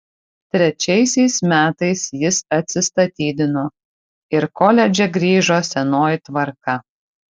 trečiaisiais metais jis atsistatydino ir koledže grįžo senoji tvarka